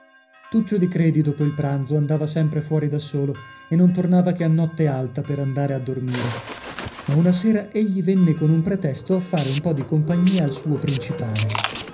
tuccio di credi dopo il pranzo andava sempre fuori da solo e non tornava che a notte alta per andare a dormire ma una sera egli venne con un pretesto a fare un po di compagnia al suo principale